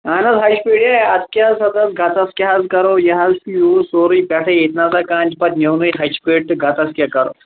اَہن حظ ہچہِ پیٹےاَتھ کیٛاہ حظ کرو گتس کیٛاہ حظ کرو یہِ حظ چھُ یہُس سورُے پیٚٹھٕے یِیٚتہِ نسا کانٛہہ چھُ پَتہٕ نِیٛونٕے ہچہِ پیٹہِ گتس کیٛاہ کرو